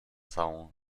całą